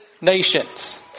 nations